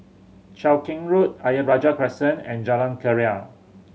Cheow Keng Road Ayer Rajah Crescent and Jalan Keria